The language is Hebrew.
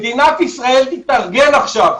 מדינת ישראל תתארגן עכשיו,